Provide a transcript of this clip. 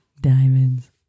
Diamonds